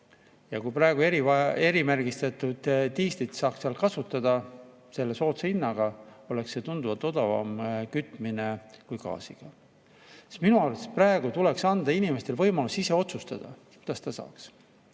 ja kui praegu erimärgistatud diislit saaks seal kasutada selle soodsa hinnaga, oleks see tunduvalt odavam kütmine kui gaasiga. Minu arvates praegu tuleks anda inimestele võimalus ise otsustada, kuidas ta saaks